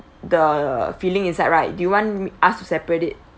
the filling inside right do you want us to separate it